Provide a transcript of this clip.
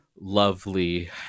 lovely